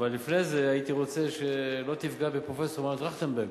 אבל לפני זה הייתי רוצה שלא תפגע בפרופסור מר טרכטנברג,